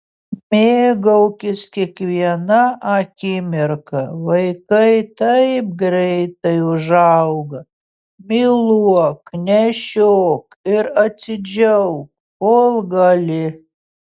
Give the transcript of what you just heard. mėgaukis kiekviena akimirka vaikai taip greitai užauga myluok nešiok ir atsidžiauk kol gali